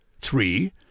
Three